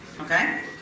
Okay